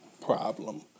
problem